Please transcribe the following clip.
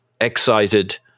excited